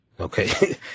Okay